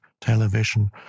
television